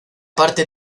parte